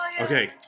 Okay